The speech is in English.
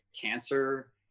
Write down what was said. cancer